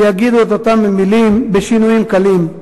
יגידו את אותם המלים בשינויים קלים,